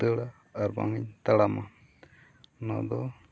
ᱫᱟᱹᱲᱟ ᱟᱨ ᱵᱟᱝ ᱤᱧ ᱛᱟᱲᱟᱢᱟ ᱱᱚᱣᱟ ᱫᱚ